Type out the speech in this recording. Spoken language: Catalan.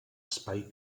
espai